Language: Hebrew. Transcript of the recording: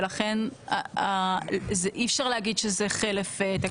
ולכן אי אפשר להגיד שזה חלף תקציב.